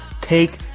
take